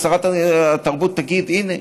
אז שרת התרבות תגיד: הינה,